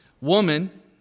woman